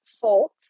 fault